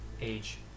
age